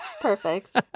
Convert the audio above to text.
Perfect